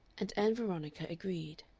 and ann veronica agreed.